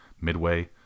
Midway